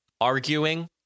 Arguing